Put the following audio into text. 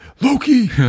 Loki